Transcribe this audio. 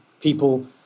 people